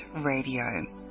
Radio